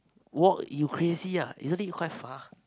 walk you crazy ah isn't it quite far